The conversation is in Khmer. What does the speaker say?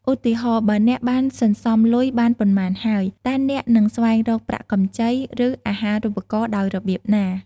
ឧទាហរណ៍ តើអ្នកបានសន្សំលុយបានប៉ុន្មានហើយ? តើអ្នកនឹងស្វែងរកប្រាក់កម្ចី ឬអាហារូបករណ៍ដោយរបៀបណា?